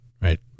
right